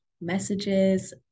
messages